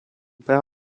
père